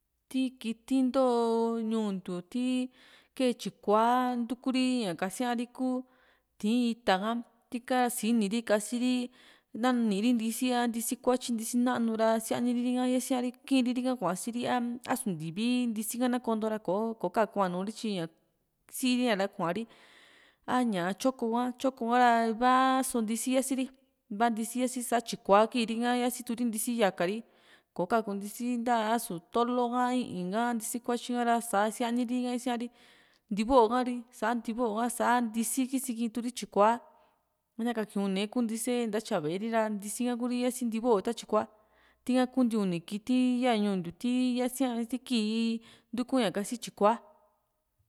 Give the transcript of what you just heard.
ti kiti nto ñuu ntiu ti kee tyikua ntuku ri ña kasiari ku ti´in ita ka tika ra sini ri kasiri nani ri ntisi a ntisi kuatyi ntisi nanu ra sianiriri ka yasia ri kiiri ri´ka kuasi ri a´su ntivi ntisi ha na konto ra kò´o ko kaku´a nu ti tyi sii´ri a ra kuari a ñaa tyoko ha tyokora iva so ntisi siasi ri sa tyikua kiiri ri´ka yaasi tuu´ri ntisi yaka ri kò´o kaku ntisi asu tolo ka i´in ka ntisi kuatyi ra saa sianiri ha isia´ri ntiva´u ha´ri sa ntivo´u ka sa ntisi kisi kiitu ri tyikua na kaki une kuu ntise ni ntayavaeri ra ntisi ha ku´ri yasi ntivo´u ka tyikua tika kuu nti uni kiti ti yaa ñuu ntiu ti yasia ti kii ntuku ña kasi tyikua